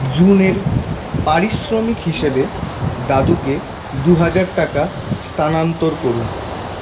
জুনের পারিশ্রমিক হিসেবে দাদুকে দু হাজার টাকা স্থানান্তর করুন